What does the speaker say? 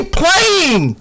playing